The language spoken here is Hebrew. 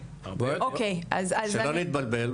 שלא נתבלבל,